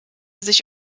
sich